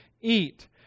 eat